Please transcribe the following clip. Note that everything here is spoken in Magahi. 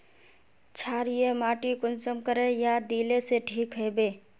क्षारीय माटी कुंसम करे या दिले से ठीक हैबे?